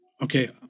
Okay